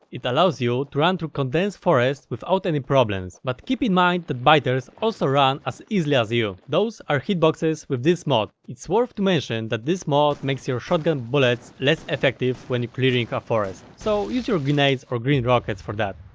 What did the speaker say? it allows you to run through condensed forest without any problems, but keep in mind that biters also run as easily as you. those are hitboxes with this mod it's worth to mention that this mod makes your shotgun bullets less effective when you clearing a forest, so use your grenades or green rockets for that.